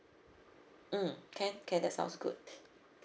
mm can can that sounds good